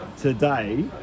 today